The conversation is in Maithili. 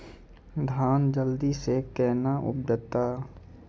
धान जल्दी से के ना उपज तो?